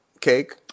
cake